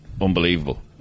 unbelievable